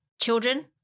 children